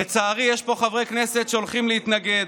לצערי יש פה חברי כנסת שהולכים להתנגד.